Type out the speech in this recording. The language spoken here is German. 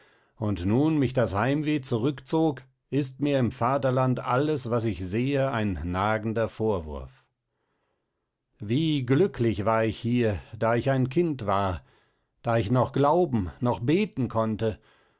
und nun mich das heimweh zurückzog ist mir im vaterland alles was ich sehe ein nagender vorwurf wie glücklich war ich hier da ich ein kind war da ich noch glauben noch beten konnte